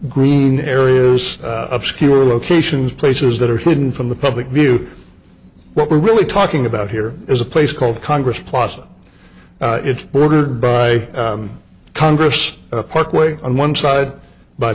green areas obscure locations places that are hidden from the public view what we're really talking about here is a place called congress plaza it's bordered by congress parkway on one side by